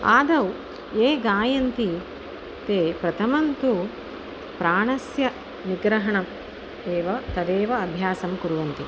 आदौ ये गायन्ति ते प्रथमं तु प्राणस्य निग्रहणम् एव तदेव अभ्यासं कुर्वन्ति